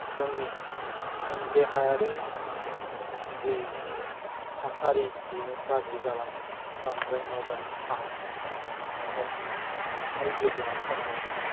जोंनि देहायारि जे थासारि बेयो गाज्रि जालाङो बांद्राय मबाइल बाहायनायनि थाखाय मेगननि नुथाय गोहोआ खमायलाङो